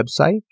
website